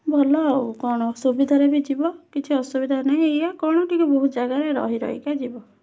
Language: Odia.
ଭଲ ଆଉ କଣ ସୁବିଧାରେ ବି ଯିବ କିଛି ଅସୁବିଧା ନାହିଁ ଏଇଆ କଣ ଟିକେ ବହୁତ ଜାଗାରେ ରହି ରହିକା ଯିବ